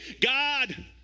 God